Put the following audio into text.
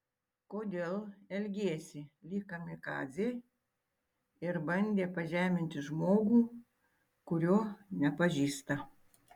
kodėl elgėsi lyg kamikadzė ir bandė pažeminti žmogų kurio nepažįsta